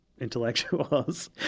intellectuals